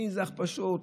איזה הכפשות,